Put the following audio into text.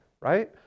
right